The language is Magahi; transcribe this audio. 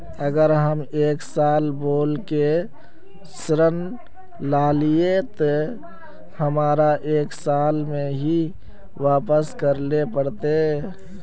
अगर हम एक साल बोल के ऋण लालिये ते हमरा एक साल में ही वापस करले पड़ते?